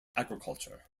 agriculture